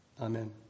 Amen